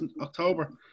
October